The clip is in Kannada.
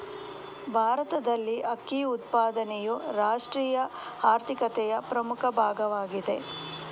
ಭಾರತದಲ್ಲಿ ಅಕ್ಕಿ ಉತ್ಪಾದನೆಯು ರಾಷ್ಟ್ರೀಯ ಆರ್ಥಿಕತೆಯ ಪ್ರಮುಖ ಭಾಗವಾಗಿದೆ